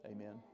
Amen